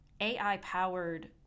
AI-powered